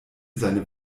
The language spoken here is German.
seine